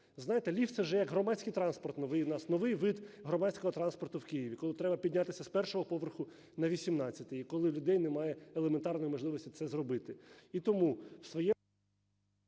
Знаєте, ліфт, це вже як громадський транспорт новий у нас, новий вид громадського транспорту в Києві, коли піднятися з першого поверху на вісімнадцятий і коли в людей немає елементарної можливості це зробити.